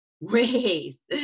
ways